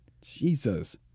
Jesus